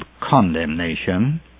condemnation